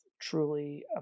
truly